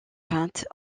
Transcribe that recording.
peinte